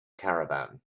caravan